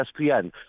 ESPN